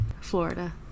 Florida